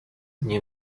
nie